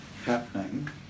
happening